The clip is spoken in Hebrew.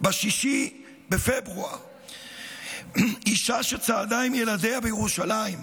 ב-6 בפברואר אישה חרדית שצעדה עם ילדיה בירושלים,